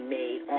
made